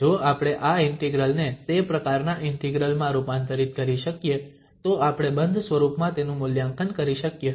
જો આપણે આ ઇન્ટિગ્રલ ને તે પ્રકારનાં ઇન્ટિગ્રલ માં રૂપાંતરિત કરી શકીએ તો આપણે બંધ સ્વરૂપમાં તેનું મૂલ્યાંકન કરી શકીએ